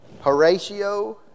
Horatio